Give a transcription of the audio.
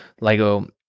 LEGO